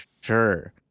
sure